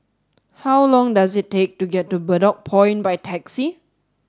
how long does it take to get to Bedok Point by taxi